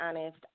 honest